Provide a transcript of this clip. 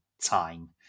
time